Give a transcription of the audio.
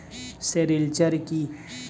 Sericulture কি?